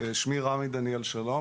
שמי רמי דניאל שלום,